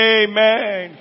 amen